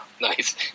Nice